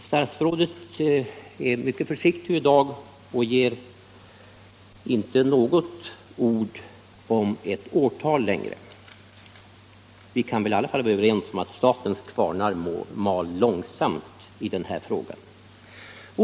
Statsrådet har på den punkten varit mycket försiktig i dag och inte givit besked om något årtal. Vi kan väl ändå vara överens om att statens kvarnar mal långsamt i denna fråga.